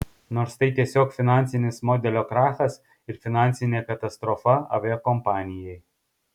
nors tai tiesiog finansinis modelio krachas ir finansinė katastrofa aviakompanijai